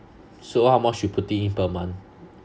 so how much you putting in per month